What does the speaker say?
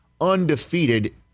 undefeated